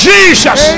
Jesus